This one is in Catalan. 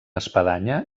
espadanya